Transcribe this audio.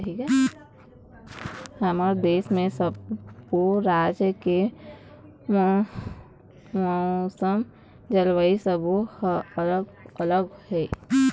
हमर देश म सब्बो राज के मउसम, जलवायु सब्बो ह अलग अलग हे